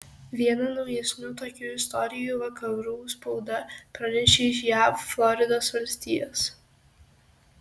vieną naujesnių tokių istorijų vakarų spauda pranešė iš jav floridos valstijos